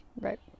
Right